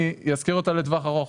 אני אשכיר אותה לטווח ארוך.